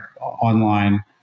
online